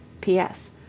P.S